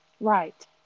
Right